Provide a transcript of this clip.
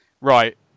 right